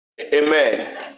Amen